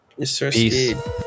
Peace